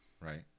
right